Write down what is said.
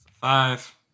Five